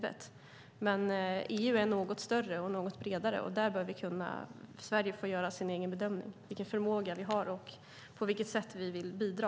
EU är dock större och bredare, och här bör Sverige få göra sin egen bedömning av vilken förmåga vi har och på vilket sätt vi vill bidra.